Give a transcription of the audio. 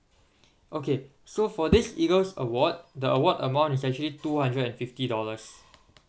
okay so for this EAGLES award the award amount is actually two hundred and fifty dollars